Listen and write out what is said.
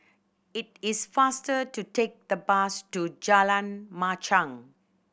it is faster to take the bus to Jalan Machang